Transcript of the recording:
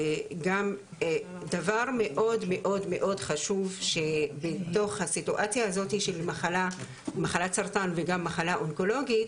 דבר מאוד חשוב שבתוך הסיטואציה הזאת של מחלת סרטן וגם מחלה אונקולוגית,